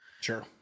Sure